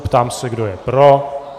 Ptám se, kdo je pro.